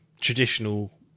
traditional